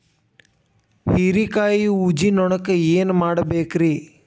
ಹೇರಿಕಾಯಾಗ ಊಜಿ ನೋಣಕ್ಕ ಏನ್ ಮಾಡಬೇಕ್ರೇ?